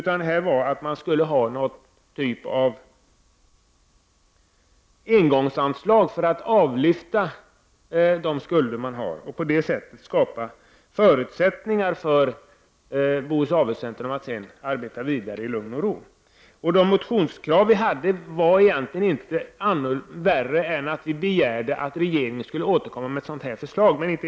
I stället behövs det någon typ av engångsanslag för att avlyfta de skulder som finns. På det sättet skulle Bohus Avelscentrum få förutsättningar att arbeta vidare i lugn och ro. Våra motionskrav innebar egentligen endast en begäran om att regeringen skulle återkomma med ett förslag — värre än så var det inte.